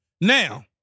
Now